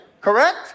correct